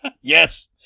Yes